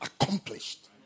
accomplished